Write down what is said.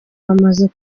bamaze